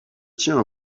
tiens